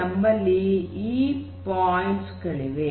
ನಮ್ಮಲ್ಲಿ ಈಗ ಈ ಪಾಯಿಂಟ್ಸ್ ಗಳಿವೆ